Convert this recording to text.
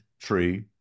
tree